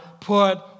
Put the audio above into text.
put